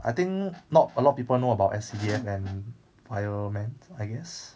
I think not a lot of people know about S_C_D_F and firemen I guess